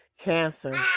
Cancer